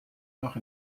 noch